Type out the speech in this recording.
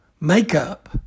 makeup